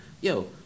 yo